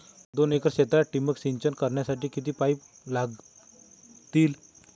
दोन एकर क्षेत्रात ठिबक सिंचन करण्यासाठी किती पाईप लागतील?